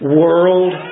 world